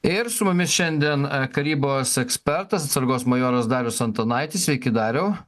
ir su mumis šiandien karybos ekspertas atsargos majoras darius antanaitis sveiki dariau